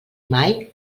mai